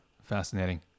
Fascinating